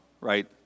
right